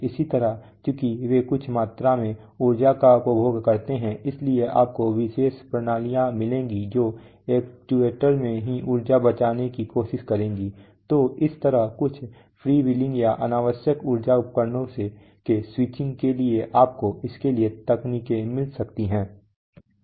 इसी तरह चूंकि वे कुछ मात्रा में ऊर्जा का उपभोग करते हैं इसलिए आपको विशेष प्रणालियां मिलेंगी जो एक्ट्यूएटर में ही ऊर्जा बचाने की कोशिश करेंगी तो इस तरह कुछ फ़्रीव्हीलिंग या अनावश्यक ऊर्जा उपकरणों के स्विचिंग के लिए आपको इसके लिए तकनीकें मिल सकती हैं